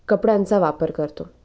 कपड्यांचा वापर करतो